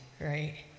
right